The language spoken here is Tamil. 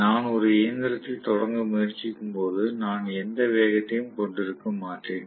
நான் ஒரு இயந்திரத்தைத் தொடங்க முயற்சிக்கும்போது நான் எந்த வேகத்தையும் கொண்டிருக்க மாட்டேன்